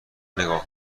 نگاه